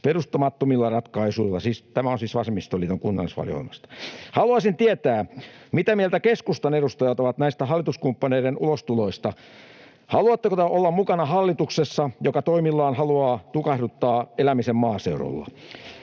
perustumattomilla ratkaisuilla.” Tämä on siis vasemmistoliiton kunnallisvaaliohjelmasta. Haluaisin tietää, mitä mieltä keskustan edustajat ovat näistä hallituskumppaneiden ulostuloista. Haluatteko te olla mukana hallituksessa, joka toimillaan haluaa tukahduttaa elämisen maaseudulla?